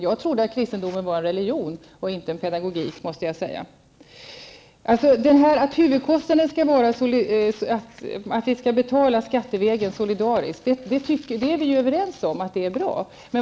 Jag trodde faktiskt att kristendomen var en religion och inte en pedagogik. Att huvuddelen av kostnaderna skall betalas skattevägen solidariskt är vi överens om.